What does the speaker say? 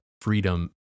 freedom